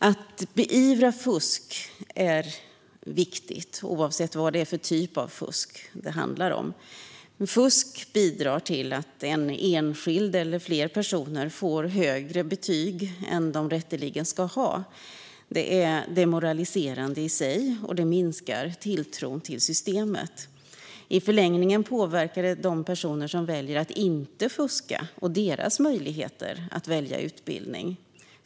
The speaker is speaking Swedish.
Att beivra fusk är viktigt, oavsett vad det är för typ av fusk det handlar om. Fusk bidrar till att en enskild person eller flera personer får högre betyg än de rätteligen ska ha. Det är demoraliserande i sig, och det minskar tilltron till systemet. I förlängningen påverkar det de personer som väljer att inte fuska och deras möjligheter att välja utbildning.